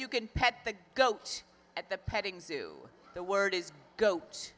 you can pet the goat at the petting zoo the word is goat